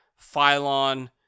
Phylon